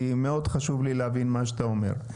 כי מאוד חשוב לי להבין את מה שאתה אומר.